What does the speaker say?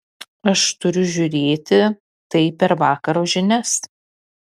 aš turiu žiūrėti tai per vakaro žinias